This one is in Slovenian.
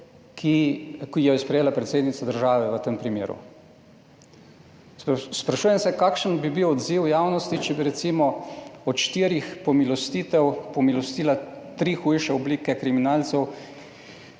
jo je sprejela predsednica države v tem primeru. Sprašujem se, kakšen bi bil odziv javnosti, če bi recimo od štirih pomilostitev pomilostila tri hujše oblike kriminalcev,